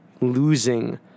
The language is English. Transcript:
losing